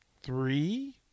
three